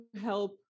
help